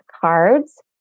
cards